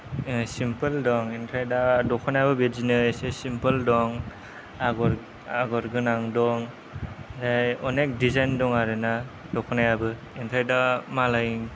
simple दं ओमफ्राय दा दख'नाया बिदिनो इसे सिम्पोल दं आग'र आग'र गोनां दं ओमफ्राय अनेक दिजायन दं आरोना दख'नायाबो ओमफ्राय दा मालाय